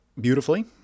beautifully